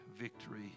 victory